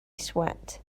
sweat